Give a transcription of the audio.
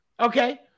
Okay